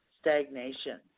stagnation